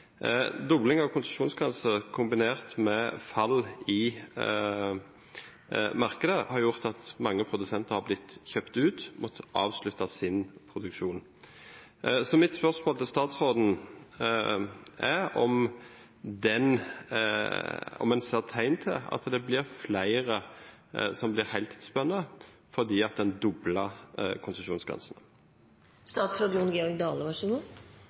Dobling av konsesjonsgrenser kombinert med fall i markedet har gjort at mange produsenter har blitt kjøpt ut og har måttet avslutte sin produksjon. Mitt spørsmål til statsråden er om en ser tegn til at det er flere som blir heltidsbønder fordi en dobler konsesjonsgrensene. Beskrivinga av årsakssamanhengane til at